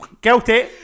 guilty